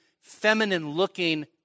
feminine-looking